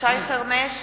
שי חרמש,